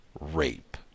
rape